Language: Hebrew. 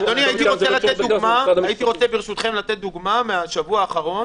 הם הציגו את הדברים בצורה הנכונה.